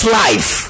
life